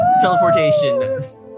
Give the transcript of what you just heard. teleportation